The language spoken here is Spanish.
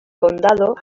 condado